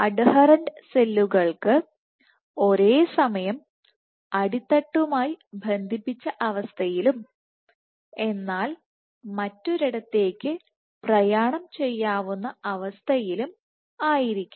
അഡ്ഹെറൻറ്സെല്ലുകൾ ഒരേസമയം അടിത്തട്ടുമായിബന്ധിപ്പിച്ച അവസ്ഥയിലുംഎന്നാൽ മറ്റൊരിടത്തേക്ക് പ്രയാണം ചെയ്യാവുന്ന അവസ്ഥയിലും ആയിരിക്കണം